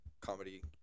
comedy